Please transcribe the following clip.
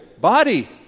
body